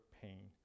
pain